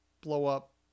blow-up